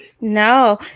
No